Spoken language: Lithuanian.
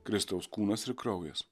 kristaus kūnas ir kraujas